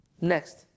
Next